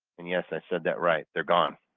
and yes, i said that right, they're gone.